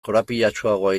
korapilatsuagoa